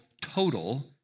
total